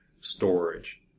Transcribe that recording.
storage